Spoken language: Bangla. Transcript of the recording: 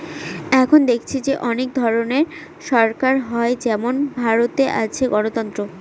এখন দেখেছি যে অনেক ধরনের সরকার হয় যেমন ভারতে আছে গণতন্ত্র